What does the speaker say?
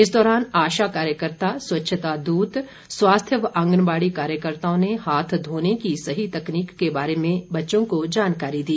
इस दौरान आशा कार्यकर्ता स्वच्छता दूत स्वास्थ्य व आंगनबाड़ी कार्यकताओं ने हाथ धोने की सही तकनीक के बारे में बच्चों को जानकारी दी